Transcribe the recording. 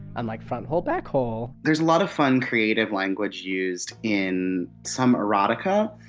and like! front hole! back hole. there's a lot of fun creative language used in some erotica